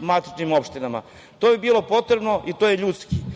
matičnim opštinama. To bi bilo potrebno i to je ljudski. Moramo